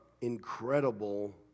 incredible